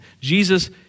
Jesus